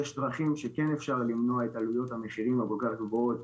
יש דרכים שכן אפשר למנוע את עלויות המחירים הכול כך גבוהות,